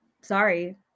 Sorry